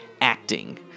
acting